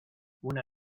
una